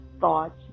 thoughts